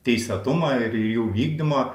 teisėtumą ir jų vykdymą